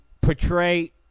portray